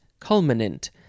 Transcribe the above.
Culminant